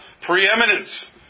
preeminence